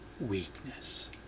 weakness